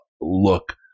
look